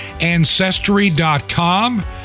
Ancestry.com